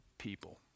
people